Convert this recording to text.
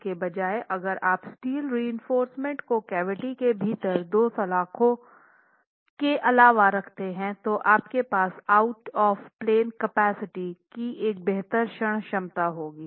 इसके बजाय अगर आप स्टील रीइंफोर्स्मेंट को कैविटी के भीतर दो सलाख़ों के अलावा रखते हैं तो आपके पास आउट ऑफ़ प्लेन कैपेसिटी की एक बेहतर क्षण क्षमता होगी